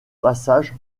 passage